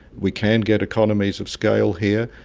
we can get economies of scale here.